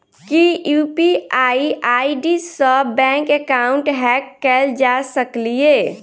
की UPI ID सऽ bank account hack कैल जा सकलिये?